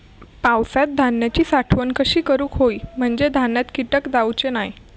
पावसात धान्यांची साठवण कशी करूक होई म्हंजे धान्यात कीटक जाउचे नाय?